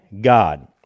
God